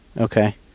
Okay